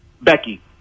Becky